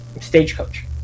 stagecoach